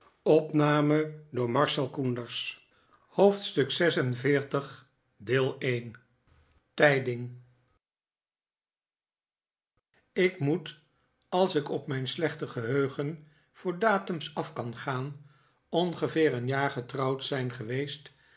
hoofdstuk xl vi tijding ik moet als ik op mijn slechte geheugen voor datums af kan gaan ongeveer een jaar getrouwd zijn geweest